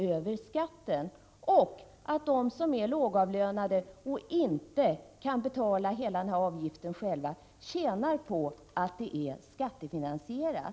De som är lågavlönade och inte kan betala hela barnomsorgsavgiften själva tjänar på att barnomsorgen är skattefinansierad.